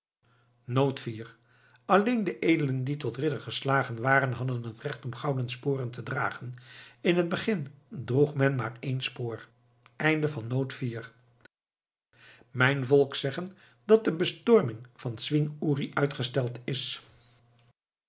alleen de edelen die tot ridder geslagen waren hadden het recht om gouden sporen te dragen in het begin droeg men maar één spoor mijn volk zeggen dat de bestorming van den zwing uri uitgesteld is